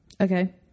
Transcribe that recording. Okay